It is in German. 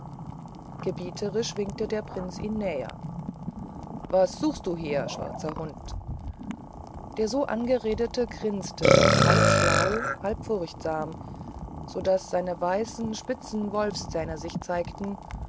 gebieterisch winkte der prinz ihn näher was suchst du hier schwarzer hund der so angeredete grinste halb schlau halb furchtsam so daß seine weißen spitzen wolfszähne sich zeigten